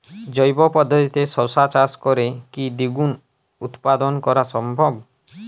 জৈব পদ্ধতিতে শশা চাষ করে কি দ্বিগুণ উৎপাদন করা সম্ভব?